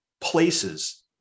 places